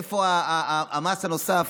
איפה המס הנוסף?